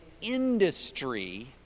industry